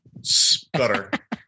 sputter